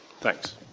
Thanks